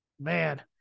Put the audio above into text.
man